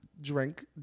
Drink